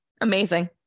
Amazing